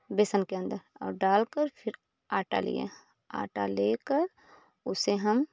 बेसन के अंदर और डालकर फिर आटा लिए आटा लेकर उसे हम